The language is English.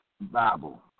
Bible